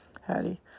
Hattie